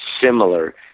similar